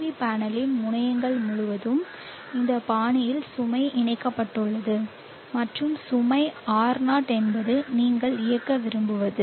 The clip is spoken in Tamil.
வி பேனலின் முனையங்கள் முழுவதும் இந்த பாணியில் சுமை இணைக்கப்பட்டுள்ளது மற்றும் சுமை R0 என்பது நீங்கள் இயக்க விரும்புவது